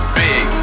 big